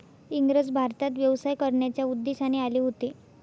इंग्रज भारतात व्यवसाय करण्याच्या उद्देशाने आले होते